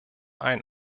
ein